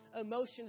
emotions